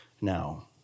now